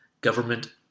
government